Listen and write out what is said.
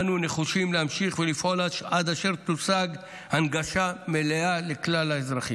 אנו נחושים להמשיך לפעול עד אשר תושג הנגשה מלאה לכלל האזרחים.